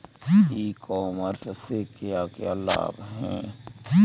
ई commerce से क्या क्या लाभ हैं?